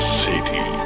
city